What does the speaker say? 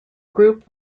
group